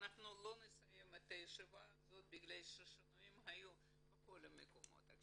לא נסיים את הישיבה הזאת בגלל שהיו שינויים בכל המקומות.